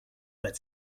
but